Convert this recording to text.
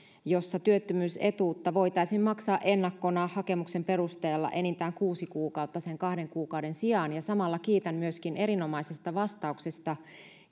jossa työttömyysetuutta voitaisiin maksaa ennakkona hakemuksen perusteella enintään kuusi kuukautta sen kahden kuukauden sijaan samalla kiitän myöskin erinomaisesta vastauksesta